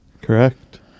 Correct